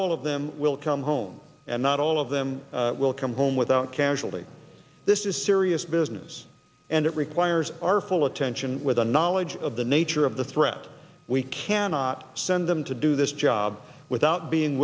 all of them will come home and not all of them will come home without casualties this is serious business and it requires our full attention with the knowledge of the nature of the threat we cannot send them to do this job without being